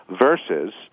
versus